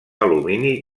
alumini